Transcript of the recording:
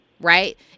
right